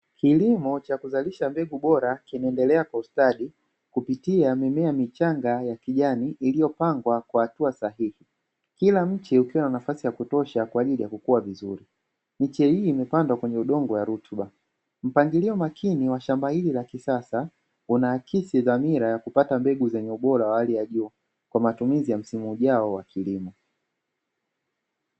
Kilimo cha kuzalisha mbegu bora kinaendelea kwa ustadi kupitia mimea michanga ya kijani iliyopangwa kwa hatua sahihi, kila mche ukiwa na nafasi ya kutosha kwa ajili ya kukua vizuri miche hii imepandwa kwenye udongo ya rutuba, mpangilio makini wa shamba hili la kisasa unaakisi dhamira ya kupata mbegu zenye ubora wa hali ya juu kwa matumizi ya msimu ujao wa kilimo.